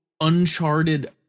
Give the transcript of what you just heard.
uncharted